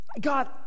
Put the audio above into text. God